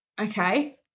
Okay